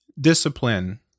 discipline